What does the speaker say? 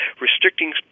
restricting